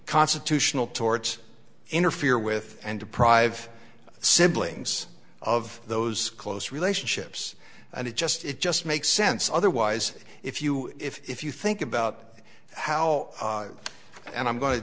constitutional torts interfere with and deprive siblings of those close relationships and it just it just makes sense otherwise if you if you think about how and i'm going to